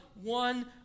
One